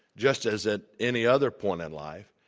just as at any other point in life,